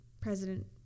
President